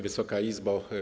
Wysoka Izbo!